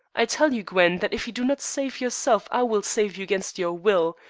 i tell you, gwen, that if you do not save yourself i will save you against your will.